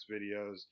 videos